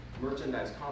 Merchandise